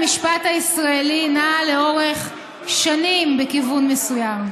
"רכבת המשפט הישראלי נעה לאורך שנים בכיוון מסוים.